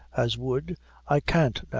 as would i can't